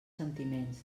sentiments